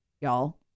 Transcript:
y'all